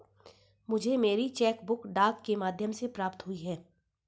मुझे मेरी cheque book डाक के माध्यम से प्राप्त हुई है